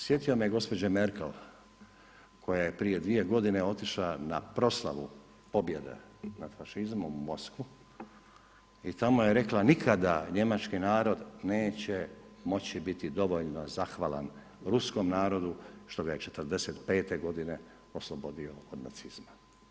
Sjetio me gospođe Merkel koja je prije 2 godina otišla na proslavu pobjede nad fašizmom u Moskvu i tamo je rekla nikada njemački narod neće moći biti dovoljno zahvalan ruskom narodu što ga je '45. g. oslobodio od nacizma.